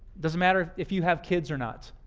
doesn't matter if you have kids or not,